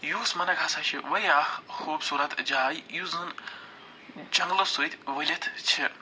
یوٗسمرگ ہسا چھِ واریاہ خوٗبصوٗرَت جاے یُس زَنہٕ جنگلَو سۭتۍ ؤلِتھ چھِ